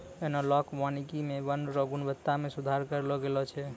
एनालाँक वानिकी मे वन रो गुणवत्ता मे सुधार करलो गेलो छै